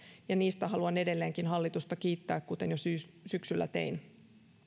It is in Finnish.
ja niistä haluan edelleenkin hallitusta kiittää kuten jo syksyllä tein